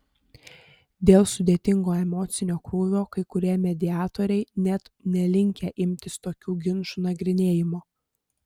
dėl sudėtingo emocinio krūvio kai kurie mediatoriai net nelinkę imtis tokių ginčų nagrinėjimo